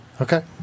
Okay